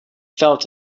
felt